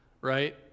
right